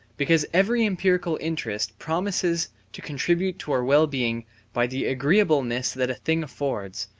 because every empirical interest promises to contribute to our well-being by the agreeableness that a thing affords,